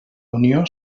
unió